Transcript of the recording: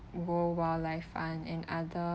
world wildlife fund and other